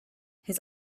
his